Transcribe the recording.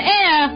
air